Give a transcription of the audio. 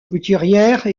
couturière